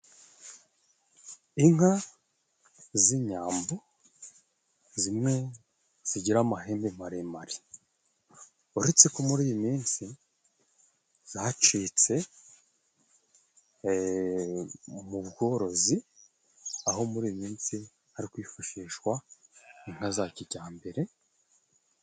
Inka z'inyambo zimwe zigira amahembe maremare, uretse ko muri iyi minsi zacitse mu bworozi aho muri iyi minsi hari kwifashishwa inka za kijyambere.